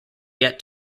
yet